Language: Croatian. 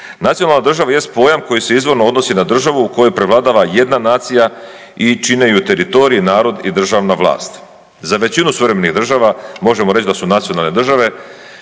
Nacionalna država jest pojam koji se izvorno odnosi na državu u kojoj prevladava jedna nacija i čine ju teritorij, narod i državna vlast. Za većinu suvremenih država možemo reći da su nacionalne države,